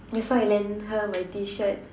that's why I lent her my T-shirt